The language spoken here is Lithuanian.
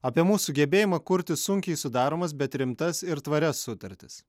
apie mūsų sugebėjimą kurti sunkiai sudaromas bet rimtas ir tvarias sutartis